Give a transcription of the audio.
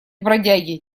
бродяги